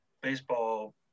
baseball